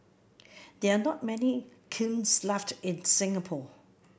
there are not many kilns left in Singapore